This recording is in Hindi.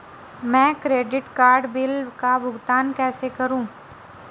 मैं क्रेडिट कार्ड बिल का भुगतान कैसे करूं?